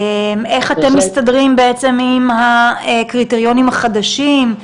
איך אתם מסתדרים עם הקריטריונים החדשים?